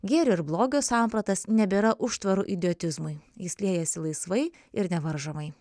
gėrio ir blogio sampratas nebėra užtvarų idiotizmui jis liejasi laisvai ir nevaržomai